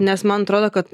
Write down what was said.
nes man atrodo kad